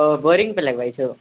तऽ बोरिंग भी लगबै छै